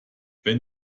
wenn